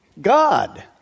God